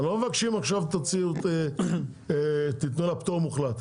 לא מבקשים עכשיו תיתנו לה פטור מוחלט,